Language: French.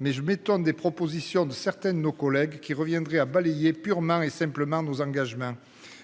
mais je m'étonne des propositions de certaines nos collègues qui reviendrait à balayer purement et simplement nos engagements